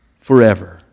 forever